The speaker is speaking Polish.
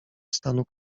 stanu